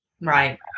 Right